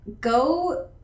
go